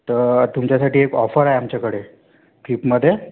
तर तुमच्यासाठी एक ऑफर आहे आमच्याकडे फिपमध्ये